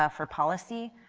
ah for policy,